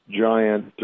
giant